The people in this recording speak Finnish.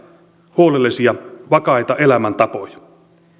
huolellisia vakaita elämäntapoja